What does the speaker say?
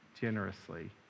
generously